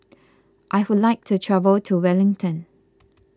I would like to travel to Wellington